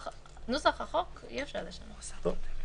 "חל שינוי בדבר הפעלתו של המפעל,